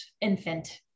infant